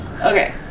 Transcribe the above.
Okay